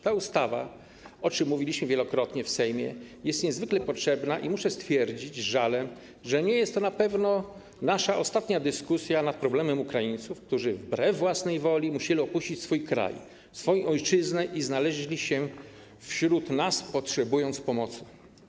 Ta ustawa, o czym wielokrotnie mówiliśmy w Sejmie, jest niezwykle potrzebna i muszę stwierdzić z żalem, że na pewno nie jest to nasza ostatnia dyskusja nad problemem Ukraińców, którzy wbrew własnej woli musieli opuścić swój kraj, swoją ojczyznę i znaleźli się wśród nas, potrzebując pomocy.